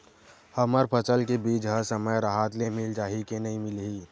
हमर फसल के बीज ह समय राहत ले मिल जाही के नी मिलही?